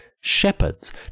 shepherds